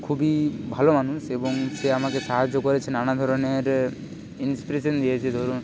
খুবই ভালো মানুষ এবং সে আমাকে সাহায্য করেছে নানা ধরনের ইন্সপিরেশান দিয়েছে ধরুন